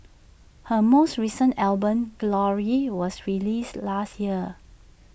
her most recent album glory was released last year